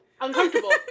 uncomfortable